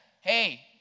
hey